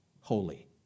holy